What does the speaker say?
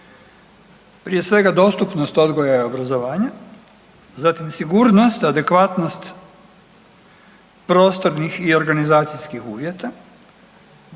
prije svega dostupnost odgoja i obrazovanja, zatim sigurnost, adekvatnost prostornih i organizacijskih uvjeta,